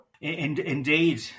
Indeed